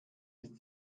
ist